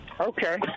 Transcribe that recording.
Okay